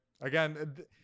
again